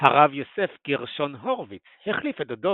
הרב יוסף גרשון הורביץ - החליף את דודו